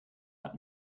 hat